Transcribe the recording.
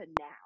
now